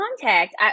contact